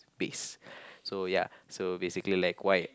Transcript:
base so ya so basically like why